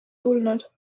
tulnud